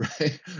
right